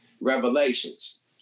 Revelations